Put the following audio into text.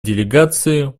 делегации